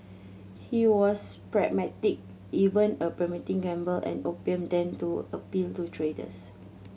he was pragmatic even a permitting gamble and opium den to appeal to traders